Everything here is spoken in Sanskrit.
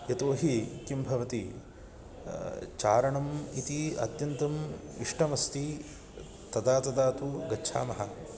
यतो हि किं भवति चारणम् इति अत्यन्तम् इष्टमस्ति तदा तदा तु गच्छामः